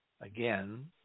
again